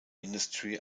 industry